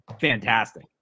fantastic